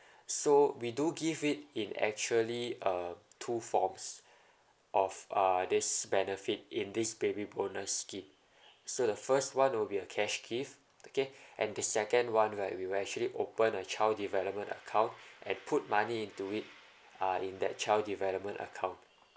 so we do give it in actually uh two forms of uh this benefit in this baby bonus scheme so the first one will be a cash gift okay and the second one right we will actually open a child development account and put money into it uh in the child development account